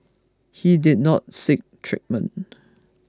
he did not seek treatment